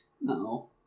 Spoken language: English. No